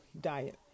diet